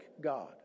God